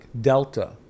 Delta